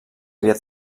aviat